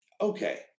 Okay